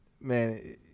man